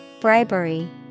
Bribery